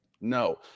no